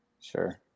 Sure